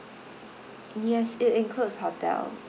yes it includes hotel